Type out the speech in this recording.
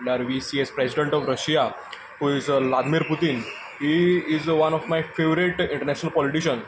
म्हणल्यार we see as president of Russia who is Vladimir Putin he is one of my favourite international politician